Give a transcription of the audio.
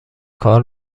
کار